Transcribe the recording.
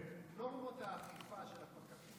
נורמות האכיפה של הפקחים